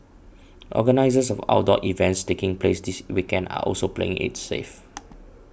organisers of outdoor events taking place this weekend are also playing it safe